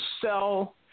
sell